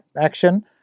action